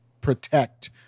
protect